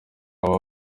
aba